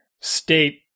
State